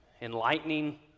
enlightening